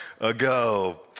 ago